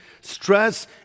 stress